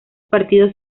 partidos